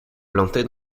plantés